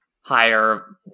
higher